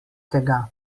tega